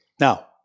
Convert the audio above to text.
Now